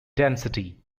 density